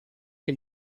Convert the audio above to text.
che